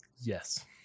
Yes